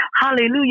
Hallelujah